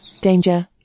danger